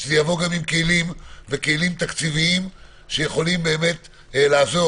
כך שזה יבוא עם כלים תקציביים שיכולים לעזור